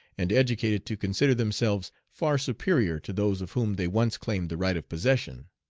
and educated to consider themselves far superior to those of whom they once claimed the right of possession.